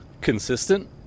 consistent